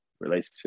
relationship